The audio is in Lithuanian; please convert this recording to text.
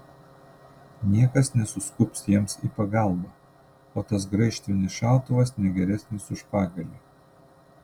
niekas nesuskubs jiems į pagalbą o tas graižtvinis šautuvas ne geresnis už pagalį